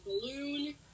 balloon